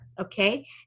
Okay